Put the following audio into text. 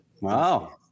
wow